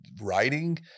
writing